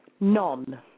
None